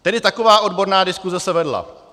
Tedy taková odborná diskuse se vedla.